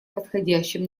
подходящим